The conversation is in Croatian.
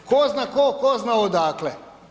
Tko zna ko, tko zna odakle?